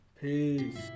Peace